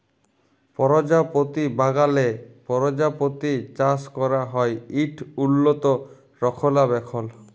পরজাপতি বাগালে পরজাপতি চাষ ক্যরা হ্যয় ইট উল্লত রখলাবেখল